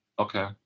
okay